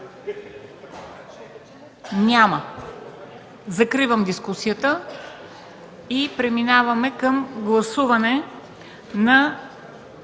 Няма Закривам дискусията. Преминаваме към гласуване на